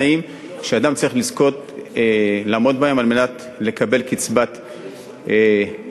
שאדם צריך לעמוד בהם כדי לקבל קצבת סיעוד,